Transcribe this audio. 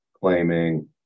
claiming